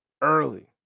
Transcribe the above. Early